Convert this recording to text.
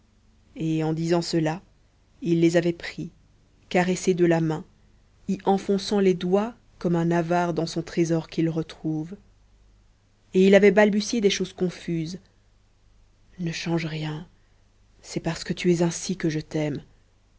et en disant cela il les avait pris caressés de la main y enfonçant les doigts comme un avare dans son trésor qu'il retrouve et il avait balbutié des choses confuses ne change rien c'est parce que tu es ainsi que je t'aime